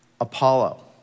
Apollo